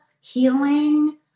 healing